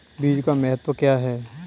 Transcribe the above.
बीज का महत्व क्या है?